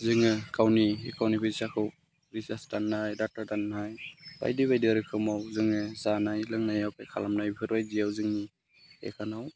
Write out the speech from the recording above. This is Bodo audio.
जोङो गावनि एखाउन्टनि फैसाखौ रिचार्स दाननाय दाथा दाननाय बायदि बायदि रोखोमाव जोङो जानाय लोंनायाव पे खालामनाय बेफोरबायदियाव जोंनि एखाउन्टाव